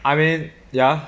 I mean ya